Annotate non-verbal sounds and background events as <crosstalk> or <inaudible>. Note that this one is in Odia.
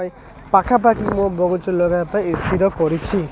ପାଖାପାଖି ମୋ <unintelligible> ପାଇଁ ଏଥିରେ କରିଛି